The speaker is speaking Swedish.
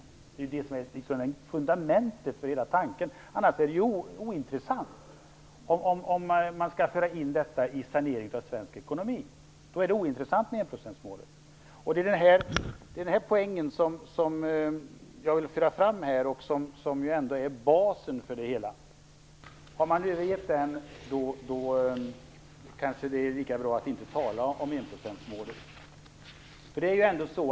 Det är fundamentet för hela tanken. Om man för in detta i saneringen av svensk ekonomi är enprocentsmålet ointressant. Det är den poängen som jag vill föra fram här; det är basen för det hela. Om man har övergett den kanske det är lika bra att inte tala om enprocentsmålet.